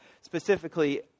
specifically